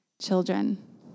children